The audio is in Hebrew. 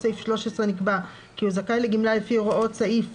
סעיף 13 נקבע כי הוא זכאי לגמלה לפי הוראות סעיף